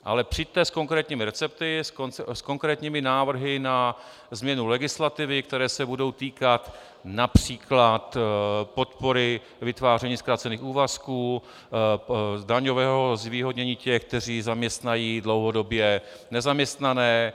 Ale přijďte s konkrétními recepty, s konkrétními návrhy na změnu legislativy, které se budou týkat například podpory vytváření zkrácených úvazků, daňového zvýhodnění těch, kteří zaměstnají dlouhodobě nezaměstnané.